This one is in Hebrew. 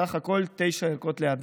ובסך הכול תשע ערכות לאדם.